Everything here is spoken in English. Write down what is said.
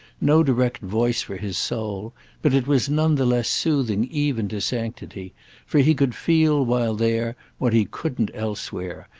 no direct voice for his soul but it was none the less soothing even to sanctity for he could feel while there what he couldn't elsewhere,